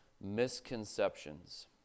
Misconceptions